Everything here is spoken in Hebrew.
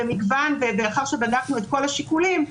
במגוון ולאחר שבדקנו את כל השיקולים,